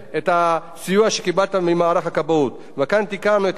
כאן תיקנו לפי הצעת החוק הפרטית והטמענו את זה בהצעת החוק,